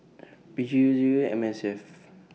P G U Zero M S F